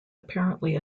apparently